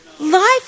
Life